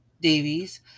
Davies